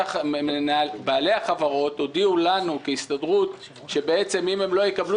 בעלי החברות הודיעו לנו כהסתדרות שאם הם לא יקבלו